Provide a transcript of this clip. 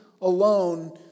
alone